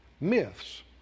Myths